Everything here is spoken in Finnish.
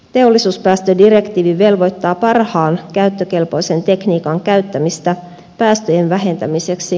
teollisuuspäästödirektiivi velvoittaa parhaan käyttökelpoisen tekniikan käyttämiseen päästöjen vähentämiseksi